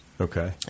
Okay